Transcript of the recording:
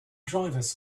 drivers